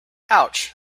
ouch